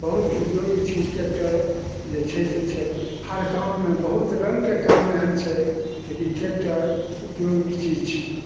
बहुत उपयोगी चीज ट्रैकटर जे छै से छै हर काममे बहुत रङ्गके काम एहन छै जेकि ट्रैकटर उपयोगी चीज छै